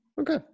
okay